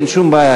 אין שום בעיה.